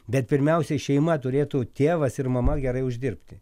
bet pirmiausiai šeima turėtų tėvas ir mama gerai uždirbti